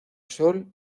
sol